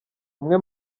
umwe